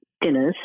dinners